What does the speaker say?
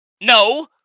No